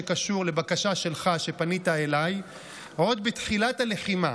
שקשור לבקשה שהפנית אליי עוד בתחילת הלחימה,